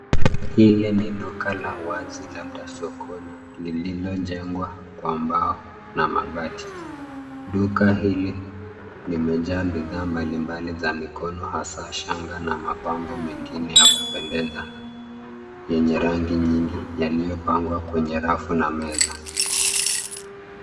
Ile ni duka la wazi, labda sokoni, lililojengwa kwa mbao na mabati. Duka hili limejaa bidhaa mbali mbali za mikono, hasaa shanga na mapambo mengine ya kupendeza yenye rangi nyingi yaliyopangwa kwenye rafu na meza.